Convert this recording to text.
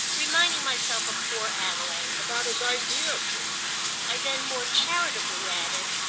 reminding myself of poor adelaide. about his ideas of things, i then more charitably added.